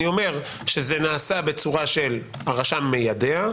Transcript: אני אומר שזה נעשה בצורה שהרשם מיידע,